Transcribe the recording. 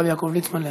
הרב יעקב ליצמן,